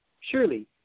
Surely